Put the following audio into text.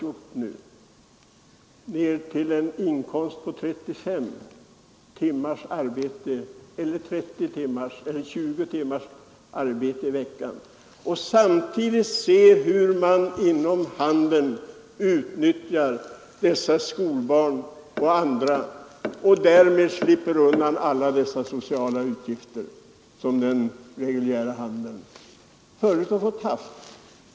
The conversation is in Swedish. De har fått sin arbetstid minskad ned till 35 timmar, 30 timmar eller 20 timmar per vecka. Samtidigt får de bevittna hur man inom handeln utnyttjar skolbarn och andra, varigenom företagen slipper undan alla de sociala utgifter som den reguljära handeln tidigare fått bära.